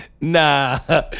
nah